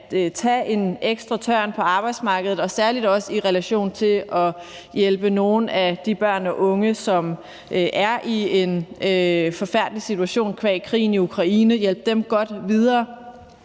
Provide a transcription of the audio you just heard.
kan tage en ekstra tørn på arbejdsmarkedet og særlig også i relation til at hjælpe nogle af de børn og unge, som er i en forfærdelig situation qua krigen i Ukraine, godt videre.